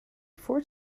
four